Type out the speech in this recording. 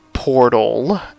portal